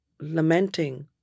lamenting